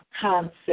concept